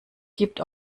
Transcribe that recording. gibt